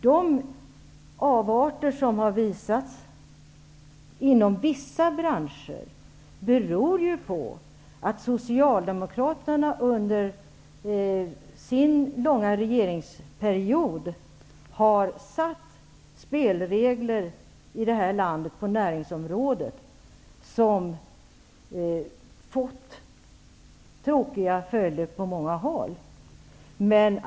De avarter som har visat sig inom vissa branscher beror ju på att Socialdemokraterna under sin långa regeringsperiod satte spelregler på näringsområdet i det här landet som fått tråkiga följder på många håll.